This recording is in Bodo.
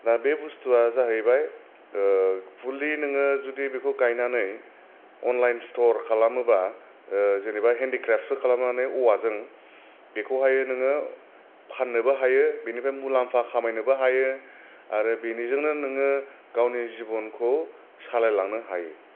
दा बे बुस्थुवा जाहैबाय फुललि नोङो जुदि बेखौ गायनानै अनलायन स्टर खालामोबा जेनोबा हिन्दक्राप्स फोर खालामनानै औवा जों बेखौहाय नोङो फाननोबो हायो बेनिफ्राय मुलाम्फा आलामनोबो हायो आरो बेजोंनो नोङो गावनि जिबनखौ सालाय लांनो हायो